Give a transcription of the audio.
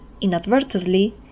inadvertently